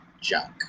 junk